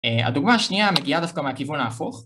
הדוגמא השנייה מגיעה דווקא מהכיוון ההפוך